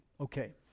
Okay